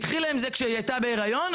התחילה עם זה כשהיא הייתה בהריון,